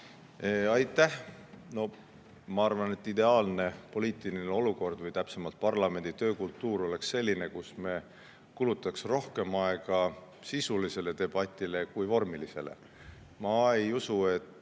Aitäh! Ma arvan, et ideaalne poliitiline olukord või täpsemalt parlamendi töökultuur oleks selline, kus me kulutaks rohkem aega sisulisele debatile kui vormilisele. Ma ei usu, et